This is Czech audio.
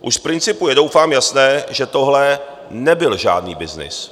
Už z principu je doufám jasné, že tohle nebyl žádný byznys.